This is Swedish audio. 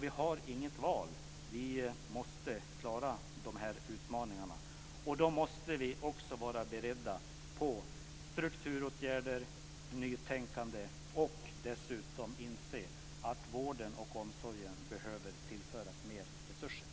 Vi har inget val. Vi måste klara de här utmaningarna. Då måste vi vara beredda på strukturåtgärder och nytänkande och dessutom inse att vården och omsorgen behöver tillföras mer resurser.